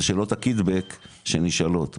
זה שאלות הקיטבג שנשאל אותו,